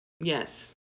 Yes